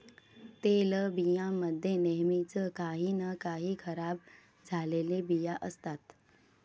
तेलबियां मध्ये नेहमीच काही ना काही खराब झालेले बिया असतात